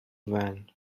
van